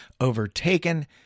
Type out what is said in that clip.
overtaken